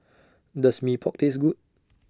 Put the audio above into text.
Does Mee Pok Taste Good